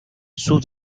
sus